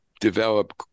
develop